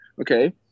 okay